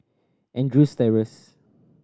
Andrews Terrace